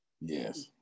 yes